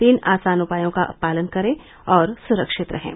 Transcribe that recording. तीन आसान उपायों का पालन करें और सुरक्षित रहें